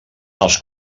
als